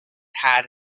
had